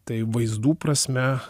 tai vaizdų prasme